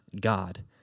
God